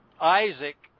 Isaac